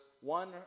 one